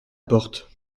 porte